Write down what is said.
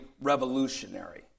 revolutionary